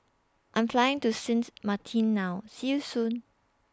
I Am Flying to Sint Maarten now See YOU Soon